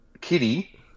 Kitty